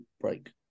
break